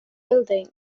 building